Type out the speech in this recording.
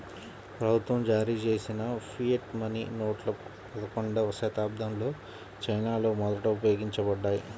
ప్రభుత్వం జారీచేసిన fiat money నోట్లు పదకొండవ శతాబ్దంలో చైనాలో మొదట ఉపయోగించబడ్డాయి